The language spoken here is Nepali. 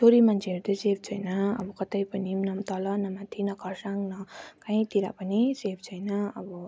छोरी मान्छेहरू त सेफ छैन अब कतै पनि अब तल न माथि न खर्साङ न कहीँतिर पनि सेफ छैन अब